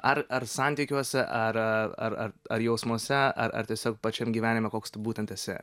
ar ar santykiuose ar ar ar jausmuose ar ar tiesiog pačiam gyvenime koks būtent esi